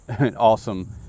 awesome